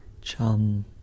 chum